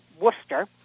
Worcester